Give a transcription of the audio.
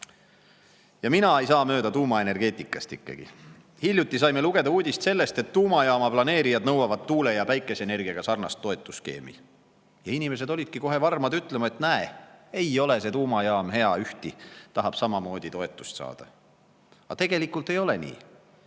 Ja mina ei saa ikkagi mööda tuumaenergeetikast. Hiljuti saime lugeda uudist, et tuumajaama planeerijad nõuavad tuule‑ ja päikeseenergiaga sarnast toetusskeemi. Inimesed olidki kohe varmad ütlema, et näe, ei ole see tuumajaam hea ühti, tahab samamoodi toetust saada. Aga tegelikult ei ole nii.